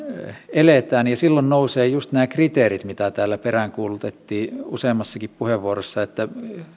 eletään ja silloin nousevat just nämä kriteerit mitä täällä peräänkuulutettiin useammassakin puheenvuorossa että